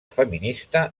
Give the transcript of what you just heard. feminista